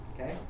Okay